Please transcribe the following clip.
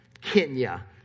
Kenya